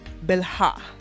Belha